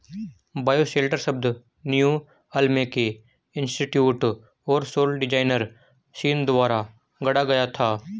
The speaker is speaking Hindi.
बायोशेल्टर शब्द न्यू अल्केमी इंस्टीट्यूट और सौर डिजाइनर सीन द्वारा गढ़ा गया था